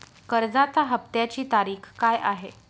कर्जाचा हफ्त्याची तारीख काय आहे?